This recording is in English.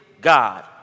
God